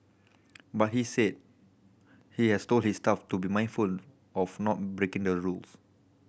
but he said he has told his staff to be mindful of not breaking the rules